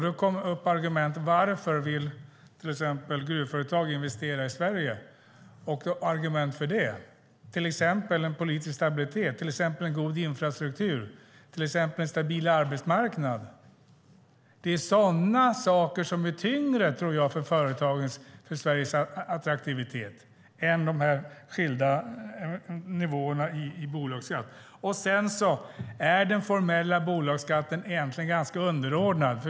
Då kom argument upp för varför till exempel gruvföretag vill investera i Sverige. Det handlar exempelvis om en politisk stabilitet, en god infrastruktur och en stabil arbetsmarknad. Det är sådana saker som är tyngre för företagen, tror jag, när det gäller Sveriges attraktivitet än de skilda nivåerna i bolagsskatt. Den formella bolagsskatten är egentligen ganska underordnad.